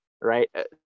right